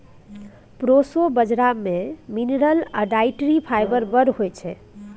proso बजरा मे mineral आ डाइटरी फाइबर बड़ होइ छै